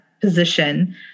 position